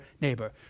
neighbor